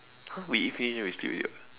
!huh! we eat finish then we sleep already [what]